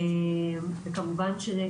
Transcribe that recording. זה היה